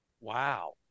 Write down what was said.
Wow